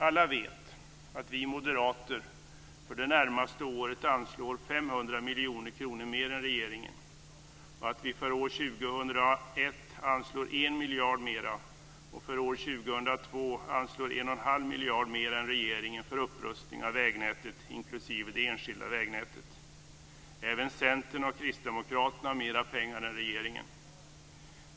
Alla vet att vi moderater för det närmaste året anslår 500 miljoner kronor mer än regeringen, att vi för år 2001 anslår 1 miljard mer och för år 2002 anslår 1 1⁄2 miljard mer än regeringen för upprustning av vägnätet, inklusive det enskilda vägnätet. Även Centern och Kristdemokraterna har föreslagit mer pengar än regeringen.